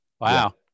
wow